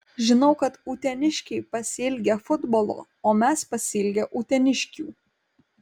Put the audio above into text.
žinau kad uteniškiai pasiilgę futbolo o mes pasiilgę uteniškių